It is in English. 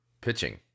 pitching